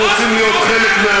הם רוצים להיות חלק ממדינת ישראל,